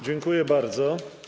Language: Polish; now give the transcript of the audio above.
Dziękuję bardzo.